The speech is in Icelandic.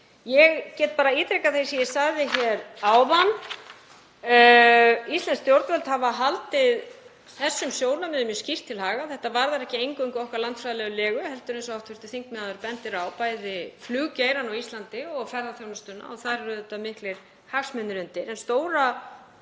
Ég get bara ítrekað það sem ég sagði hér áðan. Íslensk stjórnvöld hafa haldið þessum sjónarmiðum mjög skýrt til haga. Þetta varðar ekki eingöngu okkar landfræðilegu legu heldur, eins og hv. þingmaður bendir á, bæði fluggeirann á Íslandi og ferðaþjónustuna og þar eru auðvitað miklir hagsmunir undir.